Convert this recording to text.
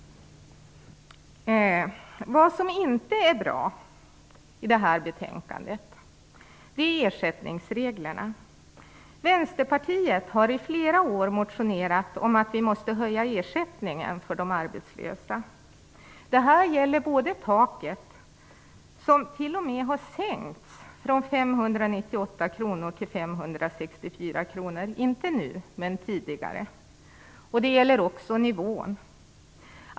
Det som inte är bra i betänkandet är förslaget om ersättningsreglerna. Vänsterpartiet har i flera år väckt motioner om att höja ersättningen till de arbetslösa. Det gäller taket, som tidigare har sänkts från 598 kr till 564 kr. Det gäller också nivån på ersättningen.